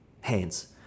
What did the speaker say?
hands